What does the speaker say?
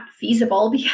feasible